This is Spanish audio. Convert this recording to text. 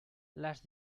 las